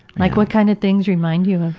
like what kind of things remind you of